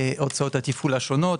הוצאות התפעול השונות